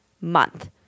month